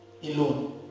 alone